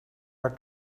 are